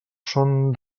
són